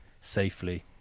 safely